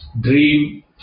dream